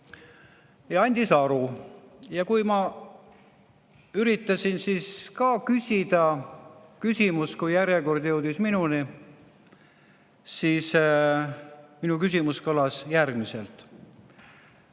ja andis aru. Kui ma üritasin küsida küsimust ja järjekord jõudis minuni, siis küsimus kõlas järgmiselt.